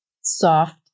soft